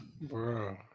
Bro